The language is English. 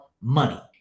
money